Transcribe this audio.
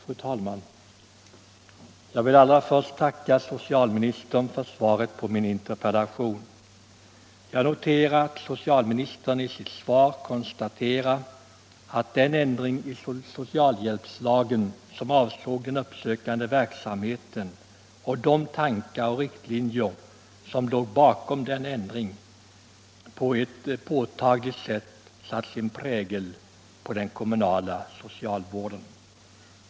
Fru talman! Jag vill allra först tacka socialministern för svaret på min interpellation. Jag noterar att socialministern i sitt svar konstaterar att den ändring i socialhjälpslagen som avsåg den uppsökande verksamheten och de tankar och riktlinjer som låg bakom denna ändring på ett påtagligt sätt satt sin prägel på den kommunala socialvården.